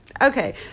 Okay